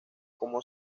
como